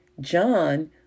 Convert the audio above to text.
John